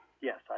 Yes